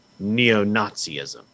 neo-nazism